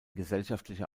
gesellschaftlicher